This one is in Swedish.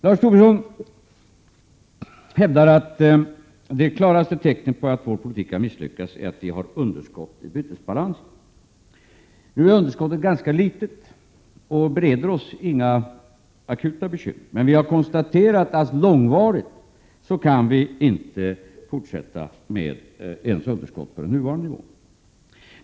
Lars Tobisson hävdade att det klaraste tecknet på att vår politik har misslyckats är att vi har underskott i bytesbalansen. Nu är underskottet ganska litet och bereder oss inga akuta bekymmer. Men vi har konstaterat att vi långvarigt inte kan fortsätta ens med underskott på den nuvarande nivån.